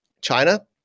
China